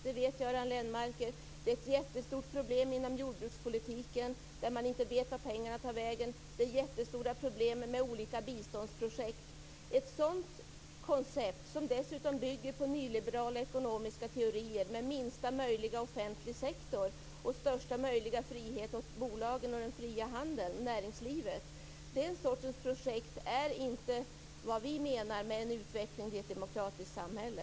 Det vet Göran Lennmarker. Det är ett jättestort problem inom jordbrukspolitiken, där man inte vet vart pengarna tar vägen. Det är jättestora problem med olika biståndsprojekt. Ett sådant koncept, som dessutom bygger på nyliberala ekonomiska teorier, med minsta möjliga offentlig sektor och största möjliga frihet åt bolagen, den fria handeln och näringslivet, är inte vad vi menar med en utveckling i ett demokratiskt samhälle.